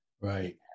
Right